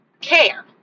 care